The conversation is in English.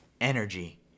energy